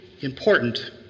important